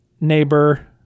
neighbor